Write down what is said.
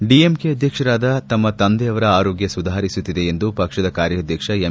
DMK ಅಧ್ಯಕ್ಷರಾದ ತಮ್ಮ ತಂದೆಯವರ ಆರೋಗ್ಯ ಸುಧಾರಿಸುತ್ತಿದೆ ಎಂದು ಪಕ್ಷದ ಕಾರ್ಯಾಧ್ಯಕ್ಷ ಎಂ